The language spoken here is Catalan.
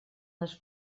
les